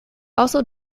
also